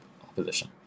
opposition